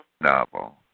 novel